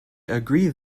agree